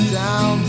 down